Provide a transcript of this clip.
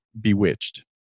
bewitched